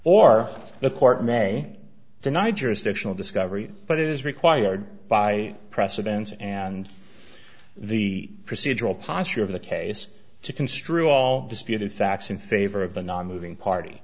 or the court may deny jurisdictional discovery but it is required by precedents and the procedural posture of the case to construe all disputed facts in favor of the nonmoving party